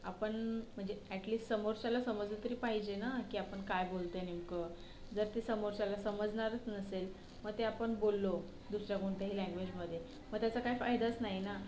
आपण म्हणजे ॲटलीस्ट समोरच्याला समजलं तरी पाहिजे ना की आपण काय बोलतोय नेमकं जर ते समोरच्याला समजणारच नसेल मग ते आपण बोललो दुसऱ्या कोणत्याही लँग्वेजमध्ये मग त्याचं काय फायदाच नाही ना